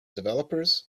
developers